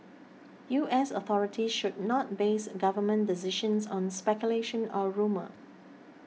U S authorities should not base government decisions on speculation or rumour